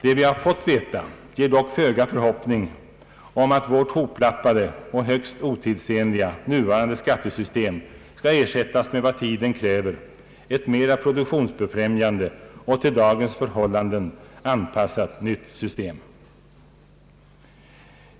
Det vi har fått veta ger dock föga förhoppning om att vårt ihoplappade och högst otidsenliga nuvarande «skattesystem skall ersättas med vad tiden kräver: ett mera produktionsbefrämjande och till dagens förhållanden anpassat nytt system.